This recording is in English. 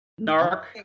NARC